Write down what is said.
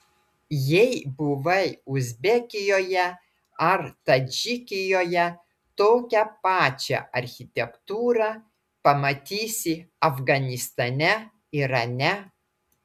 jei buvai uzbekijoje ar tadžikijoje tokią pačią architektūrą pamatysi afganistane irane